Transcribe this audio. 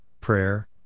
prayer